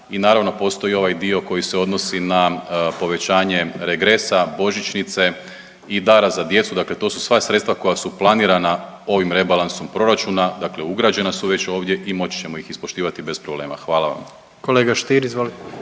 I naravno postoji ovaj dio koji se odnosi na povećanje regresa, božićnice i dara za djecu, dakle to su sva sredstva koja su planirana ovim rebalansom proračuna, dakle ugrađena su već ovdje i moći ćemo ih ispoštivati bez problema. Hvala vam. **Jandroković,